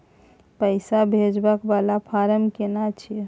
पैसा भेजबाक वाला फारम केना छिए?